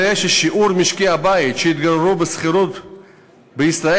שיעור משקי-הבית שהתגוררו בשכירות בישראל